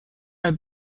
are